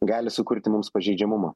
gali sukurti mums pažeidžiamumą